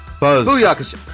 Buzz